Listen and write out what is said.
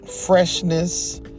freshness